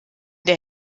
der